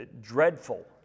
Dreadful